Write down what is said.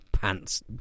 pants